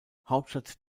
hauptstadt